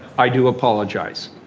i do apologize,